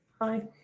Hi